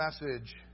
message